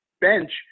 bench